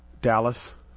Dallas